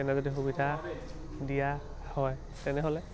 তেনে যদি সুবিধা দিয়া হয় তেনেহ'লে